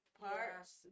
parts